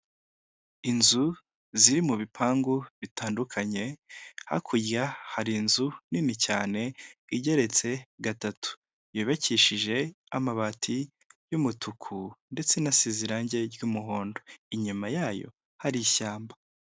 Inzu ziri mu bipangu bitandukanye hakurya hari inzu nini cyane igeretse gatatu. Yubakishije amabati y'umutuku ndetse Inasize irangi ry'umuhondo, inyuma yayo hari ishyamba.